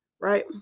right